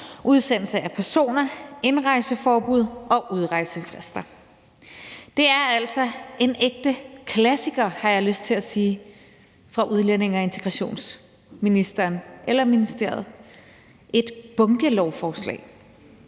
udsendelse af personer, indrejseforbud og udrejsefrister. Det er altså en ægte klassiker, har jeg lyst til at sige, fra udlændinge- og integrationsministeren, eller fra ministeriet. Det er et bunkelovforslag,